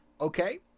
Okay